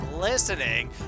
listening